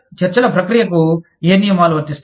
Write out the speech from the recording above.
చర్చల ప్రక్రియకు ఏ నియమాలు వర్తిస్తాయి